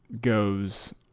goes